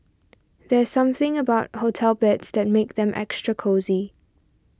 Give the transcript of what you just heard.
there's something about hotel beds that makes them extra cosy